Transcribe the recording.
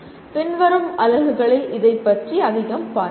பின்வரும் அலகுகளில் இதைப் பற்றி அதிகம் பார்ப்போம்